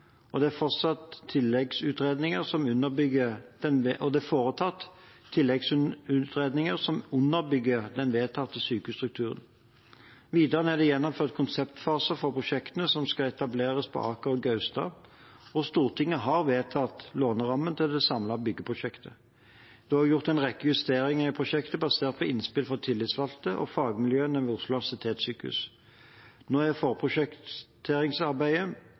og det er foretatt tilleggsutredninger som underbygger den vedtatte sykehusstrukturen. Videre er det gjennomført konseptfaser for prosjektene som skal etableres på Aker og Gaustad, og Stortinget har vedtatt lånerammen til det samlede byggeprosjektet. Det er gjort en rekke justeringer i prosjektene basert på innspill fra tillitsvalgte og fagmiljøene ved Oslo universitetssykehus. Nå er forprosjekteringsarbeidet